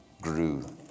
grew